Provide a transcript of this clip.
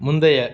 முந்தைய